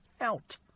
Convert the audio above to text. Out